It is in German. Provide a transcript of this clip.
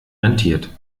rentiert